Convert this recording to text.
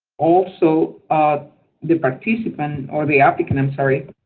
also, the participant or the applicant, i'm sorry,